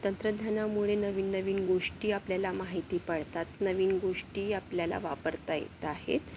तंत्रज्ञानामुळे नवीन नवीन गोष्टी आपल्याला माहिती पडतात नवीन गोष्टी आपल्याला वापरता येत आहेत